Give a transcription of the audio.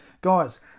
guys